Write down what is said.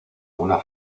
una